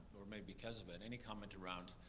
or maybe because of it, any comment around,